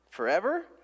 forever